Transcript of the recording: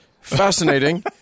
fascinating